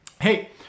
Hey